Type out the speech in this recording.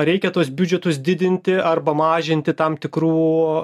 reikia tuos biudžetus didinti arba mažinti tam tikrų